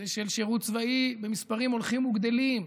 ושל שירות צבאי במספרים הולכים וגדלים.